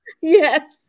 Yes